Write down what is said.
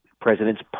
president's